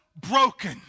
broken